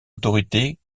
autorité